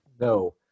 No